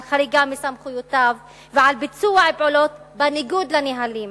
חריגה מסמכויות ועל ביצוע פעולות בניגוד לנהלים.